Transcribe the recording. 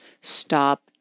stop